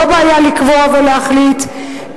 ואת ההגדרה של ערוצים ישראליים לא בעיה לקבוע ולהחליט.